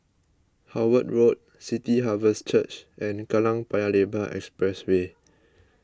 Howard Road City Harvest Church and Kallang Paya Lebar Expressway